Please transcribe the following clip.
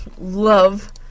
love